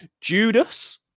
Judas